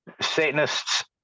Satanists